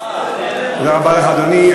תודה רבה לך, אדוני.